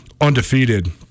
undefeated